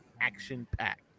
action-packed